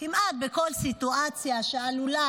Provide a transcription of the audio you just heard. כמעט בכל סיטואציה שצריך,